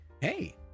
Hey